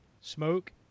smoke